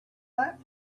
that